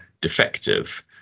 defective